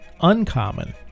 uncommon